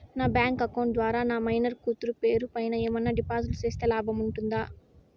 నా bank account ద్వారా నా మైనర్ కూతురు పేరు పైన ఏమన్నా డిపాజిట్లు సేస్తే లాభం ఉంటుందా?